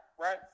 right